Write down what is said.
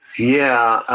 yeah.